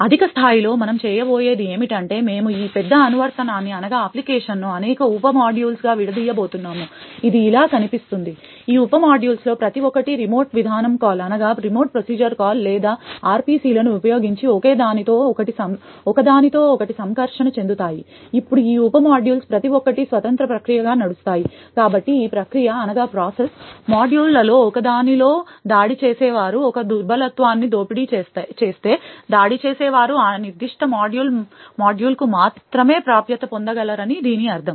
అధిక స్థాయిలో మనం చేయబోయేది ఏమిటంటే మేము ఈ పెద్ద అనువర్తనాన్ని అనేక ఉప మాడ్యూల్స్గా విడదీయబోతున్నాము ఇది ఇలా కనిపిస్తుంది ఈ ఉప మాడ్యూల్స్ ప్రతి ఒక్కటి రిమోట్ విధానం కాల్ లేదా RPC లను ఉపయోగించి ఒకదానితో ఒకటి సంకర్షణ చెందుతాయి ఇప్పుడు ఈ ఉప మాడ్యూల్స్ ప్రతి ఒక్కటి స్వతంత్ర ప్రక్రియగా నడుస్తాయి కాబట్టి ఈ ప్రక్రియ మాడ్యూళ్ళలో ఒకదానిలో దాడి చేసేవారు ఒక దుర్బలత్వాన్ని దోపిడీ చేస్తే దాడి చేసేవారు ఆ నిర్దిష్ట మాడ్యూల్కు మాత్రమే ప్రాప్యత పొందగలరని దీని అర్థం